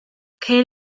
ceir